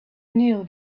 knew